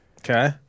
Okay